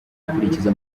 gukurikiza